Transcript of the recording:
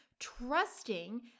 trusting